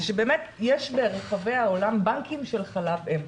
זה שבאמת יש ברחבי העולם בנקים של חלב אם.